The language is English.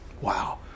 Wow